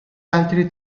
altri